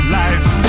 life